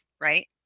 right